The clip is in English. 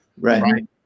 Right